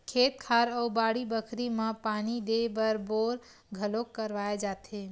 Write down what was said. खेत खार अउ बाड़ी बखरी म पानी देय बर बोर घलोक करवाए जाथे